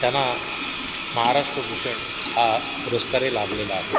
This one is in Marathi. त्यांना महाराष्ट्रभूषण हा पुरस्कारही लाभलेला आहे